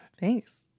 Thanks